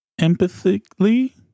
empathically